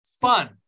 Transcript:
fun